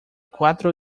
cuatro